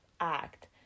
act